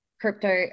crypto